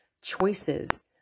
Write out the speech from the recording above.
choices